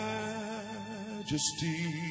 majesty